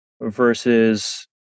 versus